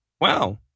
Wow